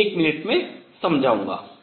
एक मिनट में समझाऊंगा